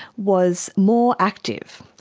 was more active,